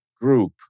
group